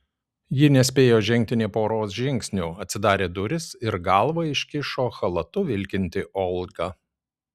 ji nespėjo žengti nė poros žingsnių atsidarė durys ir galvą iškišo chalatu vilkinti olga